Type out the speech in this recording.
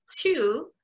two